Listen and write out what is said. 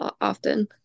often